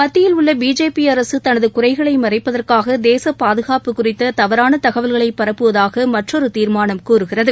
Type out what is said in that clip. மத்தியில் உள்ள பிஜேபி அரசு தனது குறைகளை மறைப்பதற்காக தேசப் பாதுகாப்பு குறித்த தவறான தகவல்களை பரப்புவதாக மற்றொரு தீர்மானம் கூறுகிறது